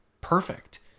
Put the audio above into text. perfect